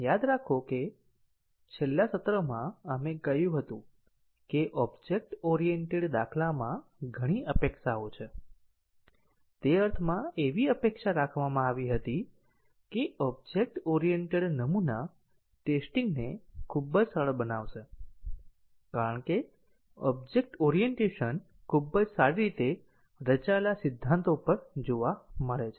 યાદ રાખો કે છેલ્લા સત્રમાં આપણે કહ્યું હતું કે ઓબ્જેક્ટ ઓરિએન્ટેડ દાખલામાં ઘણી અપેક્ષાઓ છે તે અર્થમાં એવી અપેક્ષા રાખવામાં આવી હતી કે ઓબ્જેક્ટ ઓરિએન્ટેડ નમૂના ટેસ્ટીંગ ને ખૂબ જ સરળ બનાવશે કારણ કે ઓબ્જેક્ટ ઓરિએન્ટેશન ખૂબ જ સારી રીતે રચાયેલા સિદ્ધાંતો પર જોવા મળે છે